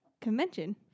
convention